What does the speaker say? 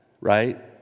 Right